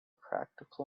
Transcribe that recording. practical